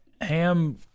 Ham